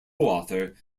author